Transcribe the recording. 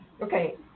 Okay